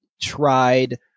tried